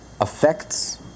affects